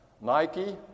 Nike